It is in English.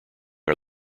are